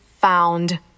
found